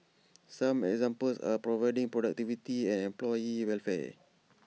some examples are improving productivity and employee welfare